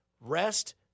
rest